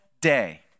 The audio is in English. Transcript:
day